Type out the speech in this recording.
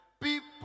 people